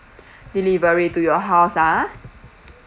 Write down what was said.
delivery to your house ah